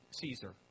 Caesar